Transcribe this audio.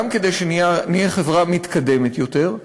גם כדי שנהיה חברה מתקדמת יותר,